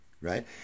Right